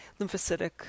lymphocytic